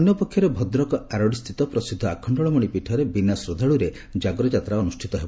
ଅନ୍ୟପକ୍ଷରେ ଭଦ୍ରକ ଆରଡ଼ି ସ୍ଷିତ ପ୍ରସିଦ୍ଧ ଆଖଖଳମଣି ପୀଠରେ ବିନା ଶ୍ରଦ୍ଧାଳୁରେ କାଗର ଯାତ୍ରା ଅନୁଷ୍ଠିତ ହେବ